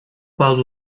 bazı